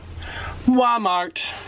walmart